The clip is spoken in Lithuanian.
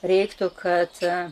reiktų kad